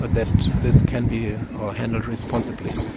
but that this can be handled responsibly.